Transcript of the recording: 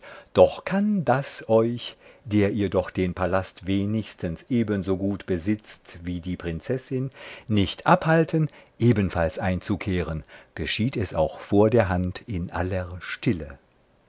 doch kann das euch der ihr doch den palast wenigstens ebensogut besitzt wie die prinzessin nicht abhalten ebenfalls einzukehren geschieht es auch vor der hand in aller stille